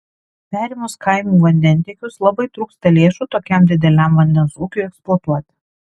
perėmus kaimų vandentiekius labai trūksta lėšų tokiam dideliam vandens ūkiui eksploatuoti